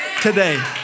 Today